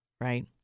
Right